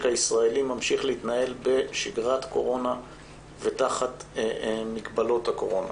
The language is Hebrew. הישראלי ממשיך להתנהל בשגרת קורונה ותחת מגבלות הקורונה.